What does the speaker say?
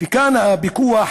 מכאן הפיקוח